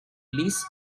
lees